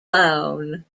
clown